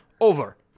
Over